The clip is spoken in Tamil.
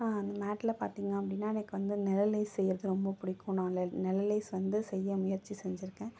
மேட்டில் பார்த்தீங்க அப்படின்னா எனக்கு வந்து நிலை லேஸ் செய்யறது ரொம்ப பிடிக்கும் நான் அந்த நிலை லேஸ் வந்து செய்ய முயற்சி செஞ்சுருக்கேன்